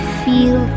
feel